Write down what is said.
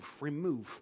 remove